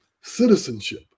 Citizenship